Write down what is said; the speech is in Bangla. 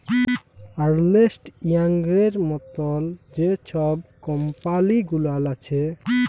আর্লেস্ট ইয়াংয়ের মতল যে ছব কম্পালি গুলাল আছে